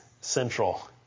central